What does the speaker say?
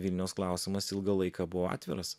vilniaus klausimas ilgą laiką buvo atviras